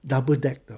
double deck 的